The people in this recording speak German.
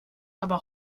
aber